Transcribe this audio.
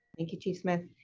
thank you chief smith,